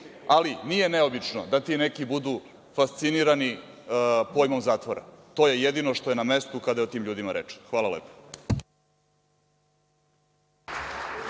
Ali, nije neobično da ti neki budu fascinirani pojmom zatvora. To je jedino što je na mestu, kada je o tim ljudima reč. Hvala lepo.